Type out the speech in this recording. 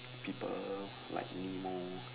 people like nemo